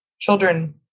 children